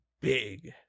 big